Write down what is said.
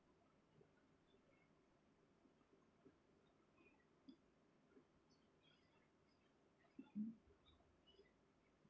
mm